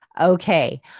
okay